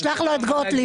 תשלח לו את גוטליב.